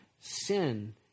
sin